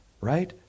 right